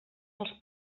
els